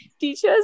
Teachers